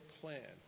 plan